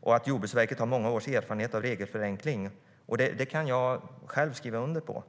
och att Jordbruksverket har många års erfarenhet av regelförenkling. Det kan jag själv skriva under på.